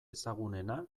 ezagunena